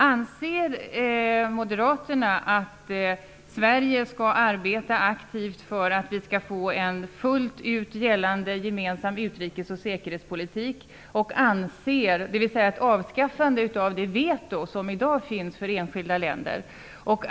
Anser moderaterna att Sverige skall arbeta aktivt för att vi skall få en fullt ut gällande gemensam utrikes och säkerhetspolitik, dvs. ett avskaffande av det veto som i dag finns för enskilda länder?